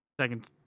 Second